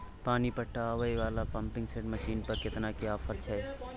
पानी पटावय वाला पंपिंग सेट मसीन पर केतना के ऑफर छैय?